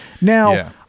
now